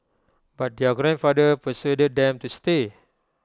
but their grandfather persuaded them to stay